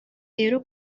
rero